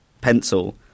pencil